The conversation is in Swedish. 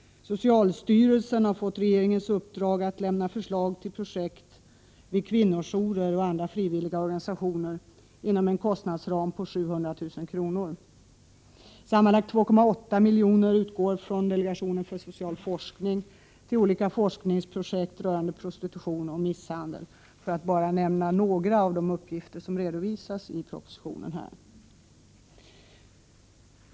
Socialstyrelsen har fått regeringens uppdrag att lämna förslag till projekt vid kvinnojourer och andra frivilliga organisationer inom en kostnadsram av 700 000 kr. Sammanlagt 2,8 milj.kr. utgår från delegationen för social forskning till olika forskningsprojekt beträffande prostitution och misshandel, för att bara nämna några av de uppgifter som redovisas i propositionen.